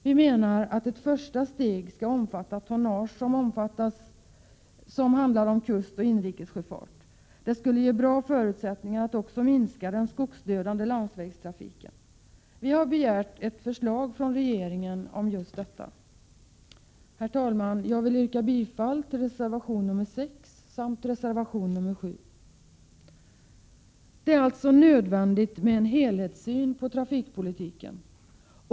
Vi menar att ett första steg skall omfatta tonnage i kustoch inrikessjöfart. Det skulle ge bra förutsättningar att också minska den skogsdödande landsvägstrafiken. Vi har begärt ett förslag från regeringen om detta. Herr talman! Jag yrkar bifall till reservationerna nr 6 och 7. Det är alltså nödvändigt med en helhetssyn på trafikpolitiken.